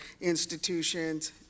institutions